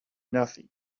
nothing